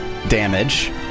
Damage